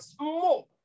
more